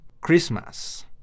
Christmas